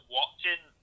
watching